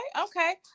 Okay